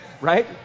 Right